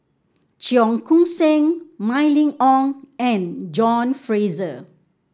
Cheong Koon Seng Mylene Ong and John Fraser